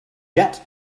yet